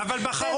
וברומא.